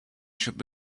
should